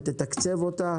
תתקצב אותה